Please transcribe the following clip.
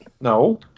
No